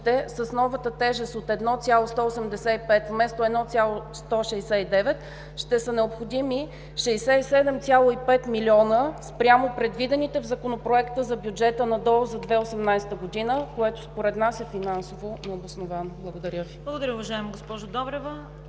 с новата тежест от 1,185 вместо 1,169, ще са необходими 67,5 млн. лв. спрямо предвидените в Законопроекта за бюджета на ДОО за 2018 г., което според нас е финансово необосновано. Благодаря Ви.